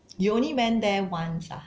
you only went there once ah